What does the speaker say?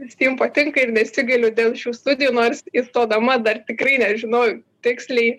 stim patinka ir nesigailiu dėl šių studijų nors įstodama dar tikrai nežinojau tiksliai